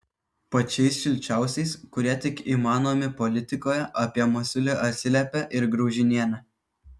pačiais šilčiausiais kurie tik įmanomi politikoje apie masiulį atsiliepė ir graužinienė